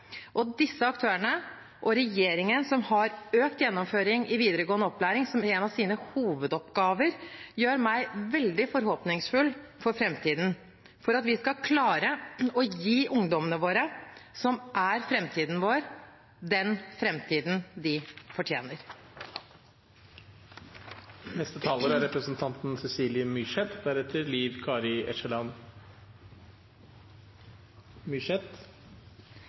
Disse aktørene, og regjeringen, som har økt gjennomføring i videregående opplæring som en av sine hovedoppgaver, gjør meg veldig forhåpningsfull for at vi for framtiden skal klare å gi ungdommene, som er framtiden vår, den framtiden de